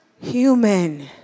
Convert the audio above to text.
human